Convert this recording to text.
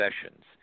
sessions